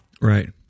Right